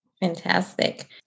fantastic